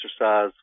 exercise